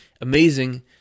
amazing